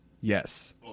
Yes